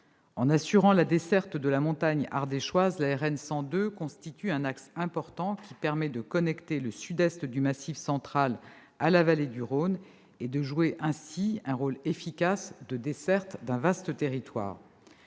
En assurant la desserte de la montagne ardéchoise, la RN 102 constitue un axe important, qui permet de connecter le sud-est du Massif central à la vallée du Rhône et de jouer ainsi un rôle efficace de desserte d'un vaste territoire.